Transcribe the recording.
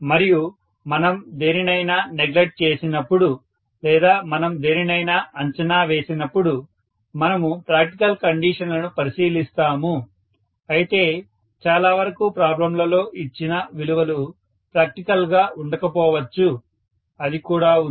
మరియు మనం దేనినైనా నెగ్లెక్ట్ చేసినప్పుడు లేదా మనం దేనినైనా అంచనా వేసినప్పుడు మనము ప్రాక్టికల్ కండీషన్ లను పరిశీలిస్తాము అయితే చాలావరకు ప్రాబ్లం లలో ఇచ్చిన విలువలు ప్రాక్టికల్ గా ఉండకపోవచ్చు అది కూడా ఉంది